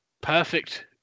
perfect